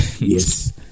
Yes